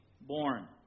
born